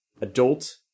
adult